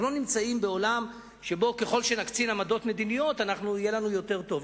אנחנו לא נמצאים בעולם שבו ככל שנקצין עמדות מדיניות יהיה לנו יותר טוב.